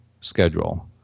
schedule